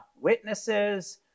witnesses